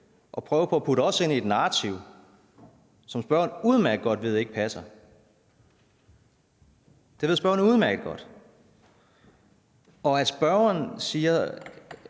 at prøve at sætte os ind i et narrativ, som spørgeren udmærket godt ved ikke passer. Det ved spørgeren udmærket godt. Spørgeren gør